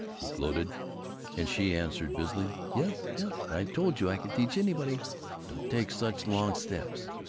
he gloated and she answered busily, yes yes i told you i could teach anybody don't take such long steps!